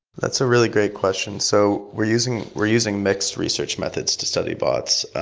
that's a really great question. so we're using we're using mixed research methods to study bots.